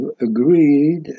agreed